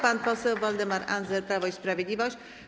Pan poseł Waldemar Andzel, Prawo i Sprawiedliwość.